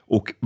Och